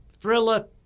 Thriller